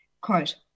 quote